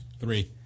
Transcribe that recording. Three